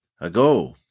ago